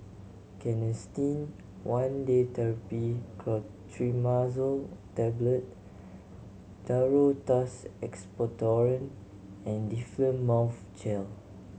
Canesten One Day Therapy Clotrimazole Tablet Duro Tuss Expectorant and Difflam Mouth Gel